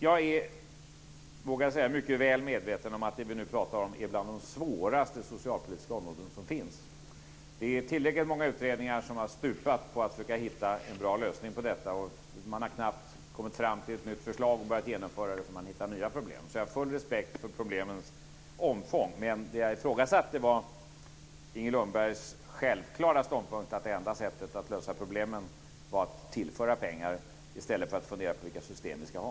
Jag är mycket väl medveten om att det vi nu talar om är bland de svåraste socialpolitiska områden som finns. Det är tillräckligt många utredningar som har stupat på att försöka hitta en bra lösning på detta. Man har knappt kommit fram till ett nytt förslag och börjat genomföra det förrän man hittar nya problem. Jag har full respekt för problemens omfång. Det jag ifrågasatte var Inger Lundbergs självklara ståndpunkt att det enda sättet att lösa problemen var att tillföra pengar i stället för att fundera på vilka system vi ska ha.